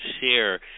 share